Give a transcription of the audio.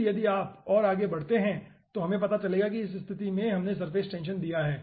फिर यदि आप और आगे बढ़ते हैं तो हमें पता चलेगा कि इस स्थिति में हमने सरफेस टेंशन दिया है